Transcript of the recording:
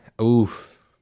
oof